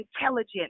intelligent